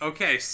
Okay